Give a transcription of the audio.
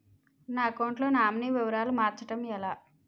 నా అకౌంట్ లో నామినీ వివరాలు మార్చటం ఎలా?